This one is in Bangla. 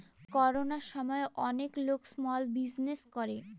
করোনার সময় অনেক লোক স্মল বিজনেস করে